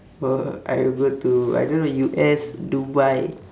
oh I will go to I don't know U_S dubai